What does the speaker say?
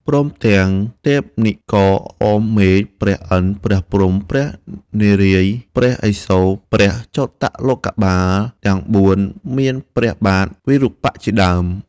ព្រមទាំងទេពនិករអមរមេឃ ព្រះឥន្ទ្រព្រះព្រហ្ម ពព្រះនារាយណ៍ ព្រះឥសូរ ព្រះចតុលោកបាលទាំង ៤ មានព្រះបាទវិរូបក្ខជាដើម